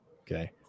okay